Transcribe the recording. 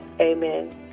Amen